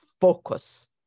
focus